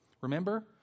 Remember